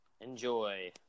Enjoy